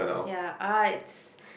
ya ah it's